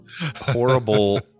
horrible